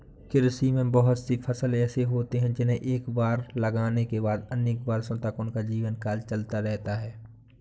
कृषि में बहुत से फसल ऐसे होते हैं जिन्हें एक बार लगाने के बाद अनेक वर्षों तक उनका जीवनकाल चलता रहता है